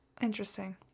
Interesting